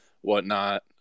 whatnot